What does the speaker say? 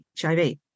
HIV